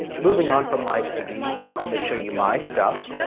moving on from live tv i'm going to show you my stuff.